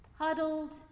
Huddled